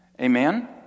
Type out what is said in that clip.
Amen